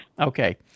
Okay